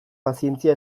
pazientzia